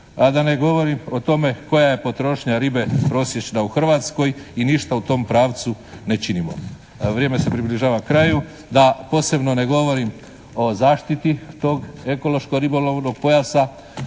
A da ne govorim o tome koja je potrošnja ribe prosječna u Hrvatskoj i ništa u tom pravcu ne činimo. A vrijeme se približava kraju. Da posebno ne govorim o zaštiti tog ekološko-ribolovnog pojasa,